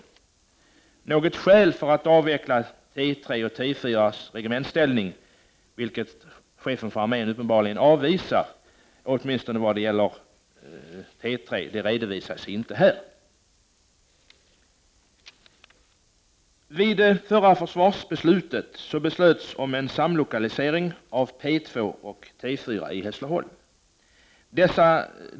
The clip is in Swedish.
Något skäl för att avveckla T3:s och T4:s regementsställning, vilket chefen för armén uppenbarligen avvisar åtminstone i vad gäller T3, redovisas inte här. I det förra försvarsbeslutet kom man överens om en samlokalisering av P 2 och T 4 i Hässleholm.